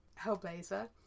Hellblazer